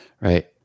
right